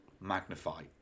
Magnify